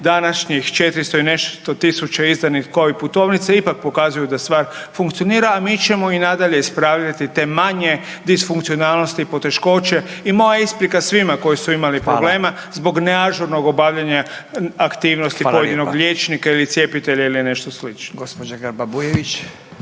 Današnjih 400 i nešto tisuća izdanih Covid putovnica ipak pokazuje da stvar funkcionira, a mi ćemo i nadalje ispravljati te manje disfunkcionalnosti i poteškoće. I moja isprika svima koji su imali problema …/Upadica: Hvala./… zbog neažurnog obavljanja aktivnosti pojedinog liječnika …/Upadica: Hvala lijepa./… ili